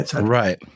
Right